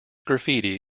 graffiti